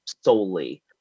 solely